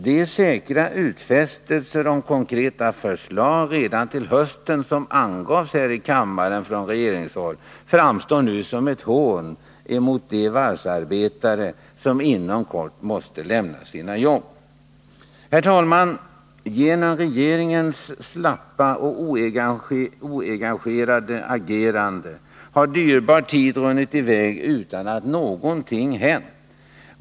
De säkra utfästelser om konkreta förslag redan till hösten som avgavs här i kammaren från regeringshåll framstår nu som ett hån mot de varvsarbetare som inom kort måste lämna sina jobb. Herr talman! Genom regeringens slappa och oengagerade agerande har dyrbar tid runnit i väg utan att någonting hänt.